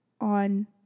on